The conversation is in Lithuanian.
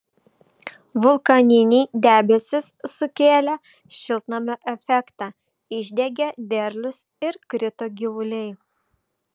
vulkaniniai debesys sukėlė šiltnamio efektą išdegė derlius ir krito gyvuliai